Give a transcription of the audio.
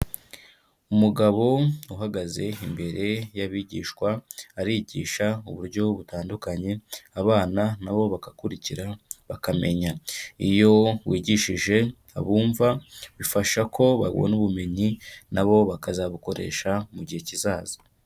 Umugabo uhagaze imbere y'abigishwa, arigisha uburyo butandukanye, abana na bo bakakurikira, bakamenya. Iyo wigishije abumva, bifasha ko babona ubumenyi na bo bakazabukoresha mu gihe kizaza.